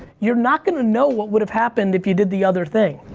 you're not gonna know what would've happened if you did the other thing.